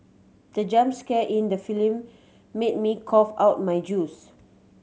the jump scare in the film made me cough out my juice